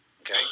Okay